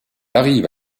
arrive